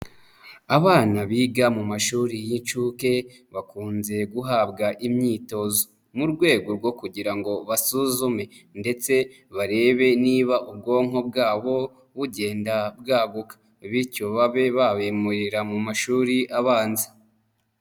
Abana biga mu mashuri y'incuke bakunze guhabwa imyitozo mu rwego rwo kugira ngo basuzume ndetse barebe niba ubwonko bwabo bugenda bwaguka bityo babe babimurira mu mashuri abanza.